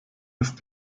ist